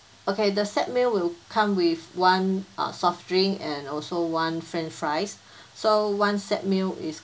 okay the set meal will come with one err soft drink and also one french fries so one set meal is